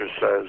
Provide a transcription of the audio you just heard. says